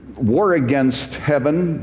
war against heaven,